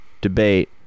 debate